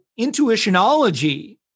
intuitionology